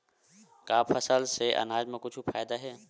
का फसल से आनाज मा कुछु फ़ायदा हे?